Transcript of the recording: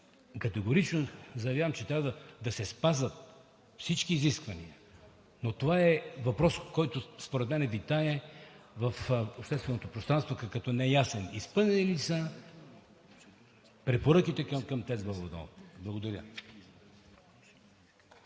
категорично заявявам, че трябва да се спазват всички изисквания, но това е въпрос, който според мен витае в общественото пространство като неясен. Изпълнени ли са препоръките към ТЕЦ „Бобов дол“? Благодаря.